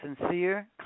sincere